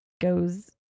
goes